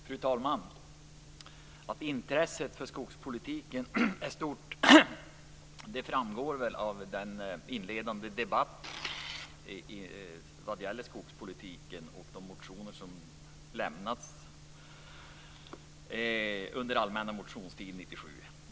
Fru talman! Att intresset för skogspolitiken är stort framgick av den inledande debatten om skogspolitiken och av de motioner som väckts under allmänna motionstiden 1997.